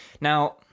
now